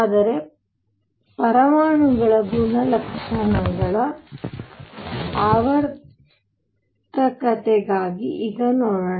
ಆದರೆ ಪರಮಾಣುಗಳ ಗುಣಲಕ್ಷಣಗಳ ಆವರ್ತಕತೆಗಾಗಿ ಈಗ ನೋಡೋಣ